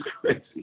crazy